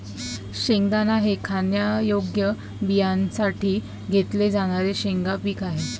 शेंगदाणा हे खाण्यायोग्य बियाण्यांसाठी घेतले जाणारे शेंगा पीक आहे